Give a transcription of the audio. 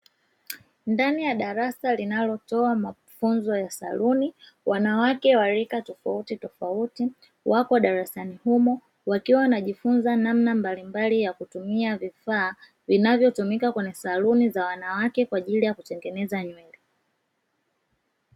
Ndani ya darasa linalotoa mafunzo ya saluni, wanawake wa rika tofautitofauti, wako darasani humo, wakiwa wanajifunza namna mbalimbali ya kutumia vifaa vinavyotumika kwenye saluni za wanawake kwa ajili ya kutengeneza nywele.